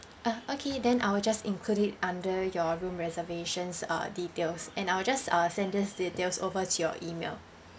uh okay then I will just include it under your room reservations uh details and I will just uh send these details over to your email